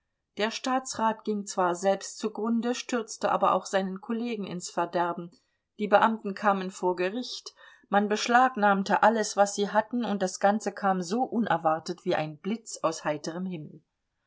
der staatsrat ging zwar selbst zugrunde stürzte aber auch seinen kollegen ins verderben die beamten kamen vor gericht man beschlagnahmte alles was sie hatten und das ganze kam so unerwartet wie ein blitz aus heiterem himmel